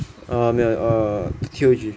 err 没有 err T_O_G